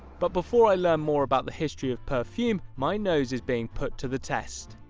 but before i learn more about the history of perfume, my nose is being put to the test.